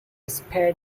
sped